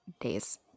days